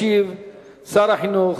ישיב שר החינוך